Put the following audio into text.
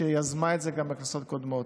שיזמה את זה גם בכנסות הקודמות.